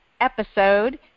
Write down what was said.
episode